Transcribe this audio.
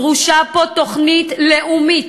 דרושה פה תוכנית לאומית,